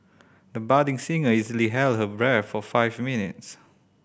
the budding singer easily held her breath for five minutes